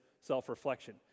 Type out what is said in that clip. self-reflection